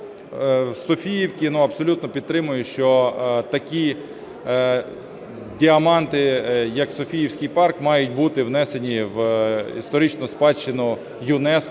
Софіївки. Абсолютно підтримую, що такі діаманти, як Софіївський парк, мають бути внесені в історичну спадщину ЮНЕСКО